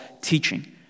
teaching